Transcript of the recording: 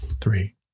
Three